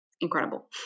incredible